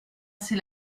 sait